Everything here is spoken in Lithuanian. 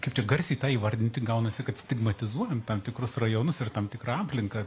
kaip čia garsiai tą įvardinti gaunasi kad stigmatizuojam tam tikrus rajonus ir tam tikrą aplinką